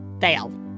fail